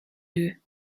d’eux